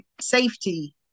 safety